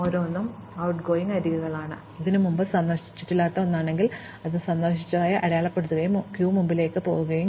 ഓരോന്നും going ട്ട്ഗോയിംഗ് അരികുകളാണ് ഇത് മുമ്പ് സന്ദർശിച്ചിട്ടില്ലാത്ത ഒന്നാണെങ്കിൽ ഞങ്ങൾ അത് സന്ദർശിച്ചതായി അടയാളപ്പെടുത്തുകയും ഞങ്ങൾ അത് ക്യൂവിലേക്ക് ചേർക്കുകയും ചെയ്യുന്നു